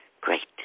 great